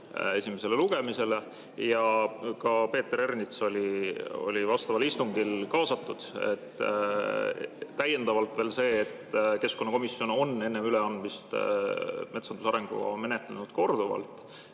esimesele lugemisele ja ka Peeter Ernits oli vastaval istungil kaasatud. Täiendavalt veel seda, et keskkonnakomisjon on enne üleandmist metsanduse arengukava menetlenud korduvalt